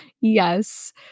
Yes